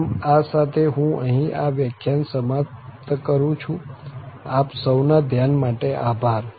આમ આ સાથે હું અહીં આ વ્યાખ્યાન સમાપ્ત કરું છું આપ સૌના ધ્યાન માટે આભાર